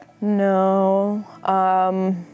No